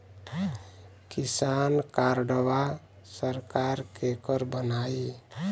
किसान कार्डवा सरकार केकर बनाई?